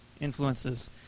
influences